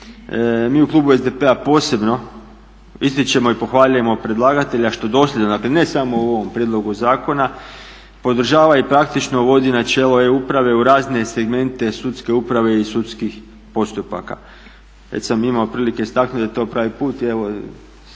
Mi u klubu SDP-a posebno ističemo i pohvaljujemo predlagatelja što dosljedno dakle ne samo u ovom prijedlogu zakona podržava i praktično uvodi načelo e-uprave u razne segmente sudske uprave i sudskih postupaka. Već sam imao prilike istaknuti da je to pravi put i evo